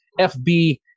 fb